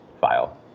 file